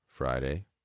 Friday